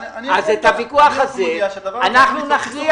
אנחנו נכריע